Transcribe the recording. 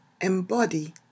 embody